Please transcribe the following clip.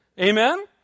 Amen